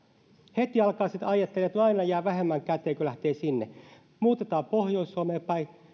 heti hän alkaa sitten ajatella että ai no jää vähemmän käteen kun lähtee sinne kun muutetaan pohjois suomeen päin